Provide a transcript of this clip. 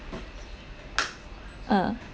ah